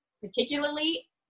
particularly